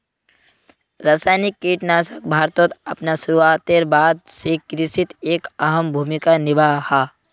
रासायनिक कीटनाशक भारतोत अपना शुरुआतेर बाद से कृषित एक अहम भूमिका निभा हा